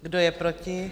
Kdo je proti?